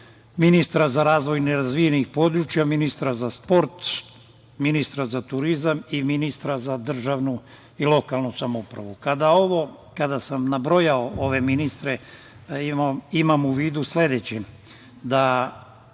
ministra za razvoj nerazvijenih područja, ministra za sport, ministra za turizam i ministra za državnu i lokalnu samoupravu. Kada sam nabrojao ove ministre, imam u vidu sledeće, da